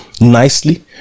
nicely